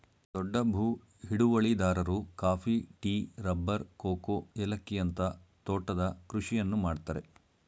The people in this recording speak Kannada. ದೊಡ್ಡ ಭೂ ಹಿಡುವಳಿದಾರರು ಕಾಫಿ, ಟೀ, ರಬ್ಬರ್, ಕೋಕೋ, ಏಲಕ್ಕಿಯಂತ ತೋಟದ ಕೃಷಿಯನ್ನು ಮಾಡ್ತರೆ